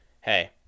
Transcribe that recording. hey